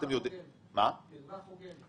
מרווח הוגן.